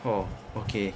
orh okay